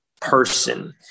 person